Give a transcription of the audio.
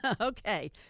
Okay